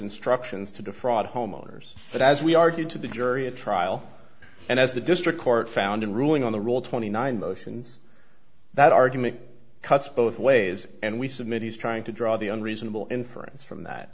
instructions to defraud homeowners but as we argued to the jury a trial and as the district court found in ruling on the rule twenty nine motions that argument cuts both ways and we submit he's trying to draw the on reasonable inference from that